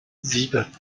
sieben